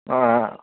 ஆ ஆ